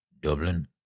Dublin